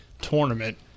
tournament